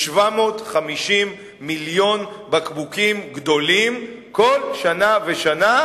ב-750 מיליון בקבוקים גדולים כל שנה ושנה,